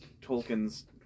tolkien's